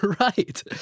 Right